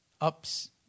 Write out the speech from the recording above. ups